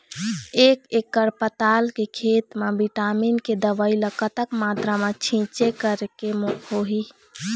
एक एकड़ पताल के खेत मा विटामिन के दवई ला कतक मात्रा मा छीचें करके होही?